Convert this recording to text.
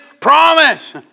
promise